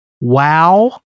Wow